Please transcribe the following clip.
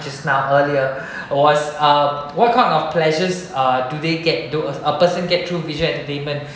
just now earlier was uh what kind of pleasure uh do they get tho~ a person get through visual entertainment